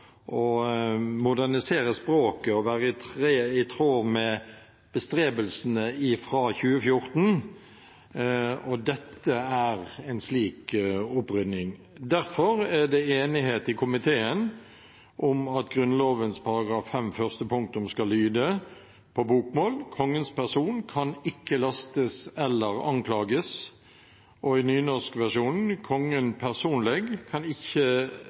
modernisere språket og være i tråd med bestrebelsene fra 2014. Dette er en slik opprydning. Derfor er det enighet i komiteen om at Grunnloven § 5 første punktum skal lyde på bokmål: «Kongens person kan ikke lastes eller anklages», og i nynorskversjonen: «Kongen personleg kan